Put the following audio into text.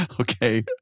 okay